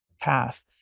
path